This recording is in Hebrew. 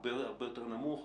הרבה יותר נמוך.